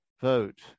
vote